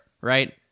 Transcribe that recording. right